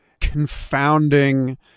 confounding